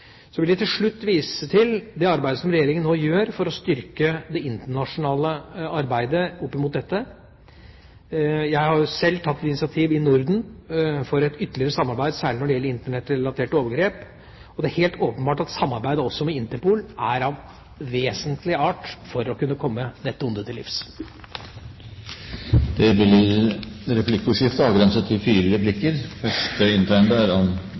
Så vil jeg til slutt vise til det arbeidet som Regjeringa nå gjør for å styrke det internasjonale arbeidet med dette. Jeg har sjøl tatt initiativ i Norden til et ytterligere samarbeid, særlig når det gjelder Internett-relaterte overgrep. Det er helt åpenbart at samarbeidet også med Interpol er vesentlig for å kunne komme dette ondet til livs. Det blir replikkordskifte.